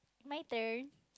my turn